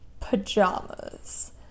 pajamas